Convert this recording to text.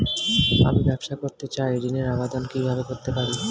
আমি ব্যবসা করতে চাই ঋণের আবেদন কিভাবে করতে পারি?